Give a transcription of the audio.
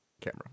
camera